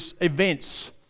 events